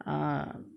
err